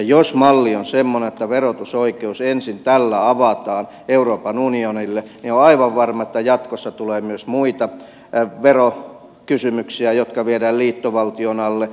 jos malli on semmoinen että verotusoikeus ensin tällä avataan euroopan unionille niin on aivan varma että jatkossa tulee myös muita verokysymyksiä jotka viedään liittovaltion alle